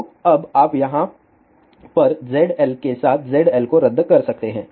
तो अब आप यहाँ पर ZL के साथ ZL को रद्द कर सकते हैं